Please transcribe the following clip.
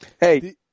Hey